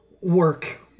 work